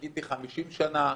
חיכיתי 50 שנה,